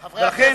ולכן,